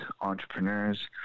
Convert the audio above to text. entrepreneurs